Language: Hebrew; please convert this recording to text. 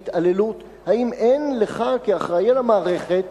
מהתעללות, האם אין לך, כאחראי למערכת,